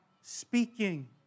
speaking